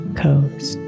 coast